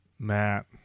Matt